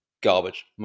garbage